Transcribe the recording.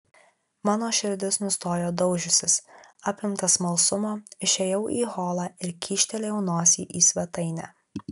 mano širdis nustojo daužiusis apimtas smalsumo išėjau į holą ir kyštelėjau nosį į svetainę